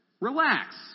Relax